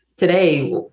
Today